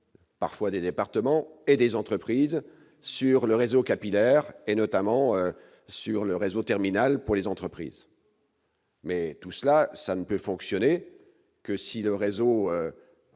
parfois des départements et des entreprises sur le réseau capillaire, notamment sur le réseau terminal pour les entreprises. Néanmoins, tout cela ne peut fonctionner que si le réseau